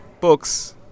books